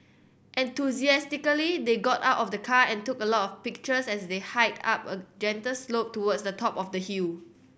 enthusiastically they got out of the car and took a lot of pictures as they hiked up a gentle slope towards the top of the hill